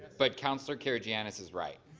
but councillor karygiannis is right.